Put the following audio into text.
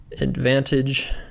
advantage